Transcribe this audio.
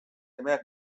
emeak